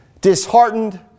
disheartened